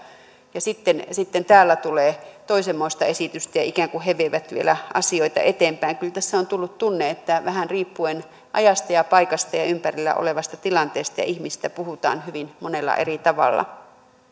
sitten sitten täällä tulee toisenmoista esitystä ja ikään kuin he vievät vielä asioita eteenpäin kyllä tässä on tullut tunne että vähän riippuen ajasta ja paikasta ja ja ympärillä olevasta tilanteesta ja ihmisistä puhutaan hyvin monella eri tavalla